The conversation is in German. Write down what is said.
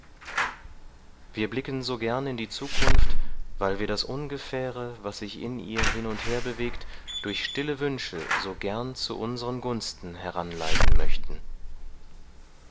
wir blicken so gern in die zukunft weil wir das ungefähre was sich in ihr hin und her bewegt durch stille wünsche so gern zu unsern gunsten heranleiten möchten